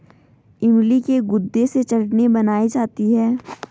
इमली के गुदे से चटनी बनाई जाती है